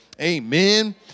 amen